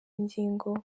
ngingo